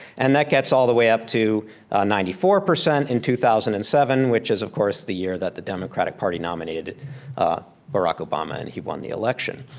and that gets all the way up to ninety four percent in two thousand and seven, which is of course the year that the democratic party nominated barack obama and he won the election.